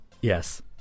yes